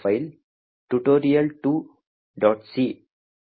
C tutorial 2